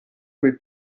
quei